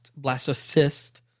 Blastocyst